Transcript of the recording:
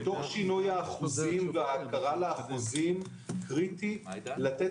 שינוי האחוזים והכרה לאחוזים קריטי לתת